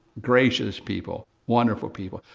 gracious people, wonderful people.